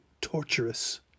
torturous